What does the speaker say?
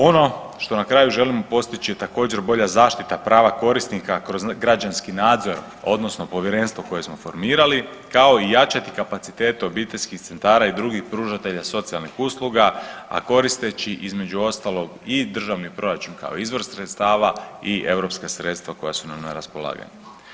Ono što na kraju želimo postići je također, bolja zaštita prava korisnika kroz građanski nadzor, odnosno povjerenstvo koje smo formirali, kao i jačati kapacitete obiteljskih centara i drugih pružatelja socijalnih usluga, a koristeći, između ostalog i državni proračun kao izvor sredstava i EU sredstva koja su nam na raspolaganju.